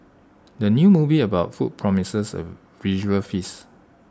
the new movie about food promises A visual feast